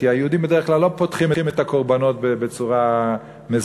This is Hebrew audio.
כי היהודים בדרך כלל לא פותחים את הקורבנות בצורה מזעזעת.